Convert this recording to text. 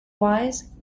wise